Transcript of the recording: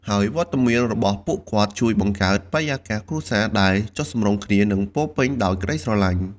ហើយវត្តមានរបស់ពួកគាត់ជួយបង្កើតបរិយាកាសគ្រួសារដែលចុះសម្រុងគ្នា និងពោរពេញដោយក្តីស្រឡាញ់។